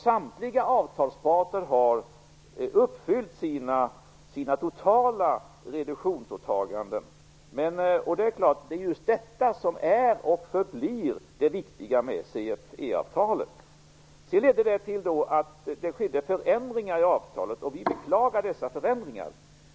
Samtliga avtalsparter har uppfyllt sina totala reduktionsåtaganden. Det är just detta som är, och förblir, det viktiga med CFE-avtalet. Sedan skedde det förändringar i avtalet, och vi beklagar dessa förändringar.